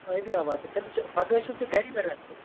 ٲبی آباد تہِ تیلہِ حظ پگاہ ٲسِو تُہۍ گری